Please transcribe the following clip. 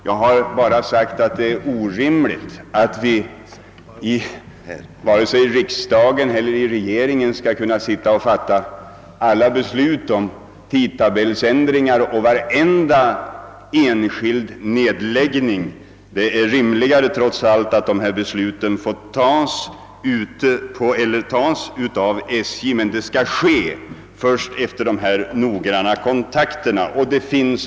Jag har bara sagt att det är orimligt att vi i riksdagen eller i regeringen skulle sitta och fatta alla beslut om tidtabellsändringar och besluta om varje enskild stationsnedläggning. Det är trots allt rimligare att dessa beslut får fattas av SJ, men det skall ske först efter kontakter med berörda kommuner.